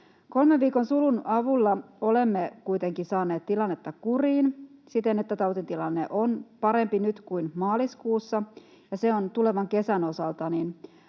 Kolmen viikon sulun avulla olemme kuitenkin saaneet tilannetta kuriin siten, että tautitilanne on parempi nyt kuin maaliskuussa, ja se on tulevan kesän osalta